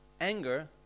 anger